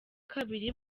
kabiri